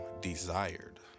desired